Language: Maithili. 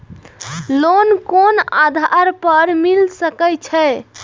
लोन कोन आधार पर मिल सके छे?